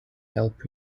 help